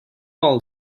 all